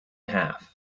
half